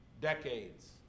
decades